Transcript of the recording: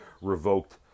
revoked